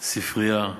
ספרייה,